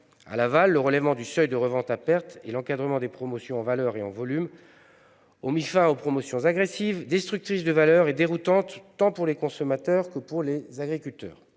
À l'aval, le relèvement du seuil de revente à perte et l'encadrement des promotions en valeur et en volume ont mis fin aux promotions agressives, destructrices de valeur et déroutantes, tant pour les consommateurs que pour les agriculteurs.